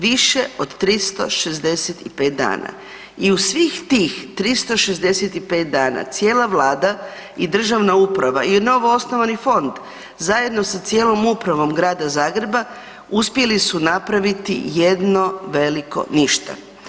Više od 365 dana i u svih tih 365 dana cijela Vlada i državna uprava i novo osnovani fond zajedno sa cijelom upravom grada Zagreba uspjeli su napraviti jedno veliko ništa.